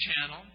Channel